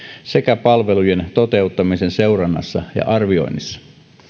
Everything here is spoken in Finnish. sekä palvelujen toteuttamisen seurannassa ja arvioinnissa